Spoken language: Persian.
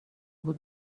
بود